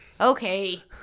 Okay